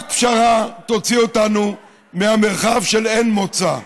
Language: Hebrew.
רק פשרה תוציא אותנו מהמרחב של אין מוצא.